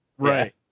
right